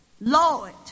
Lord